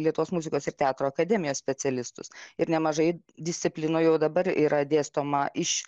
lietuvos muzikos ir teatro akademijos specialistus ir nemažai disciplinų jau dabar yra dėstoma iš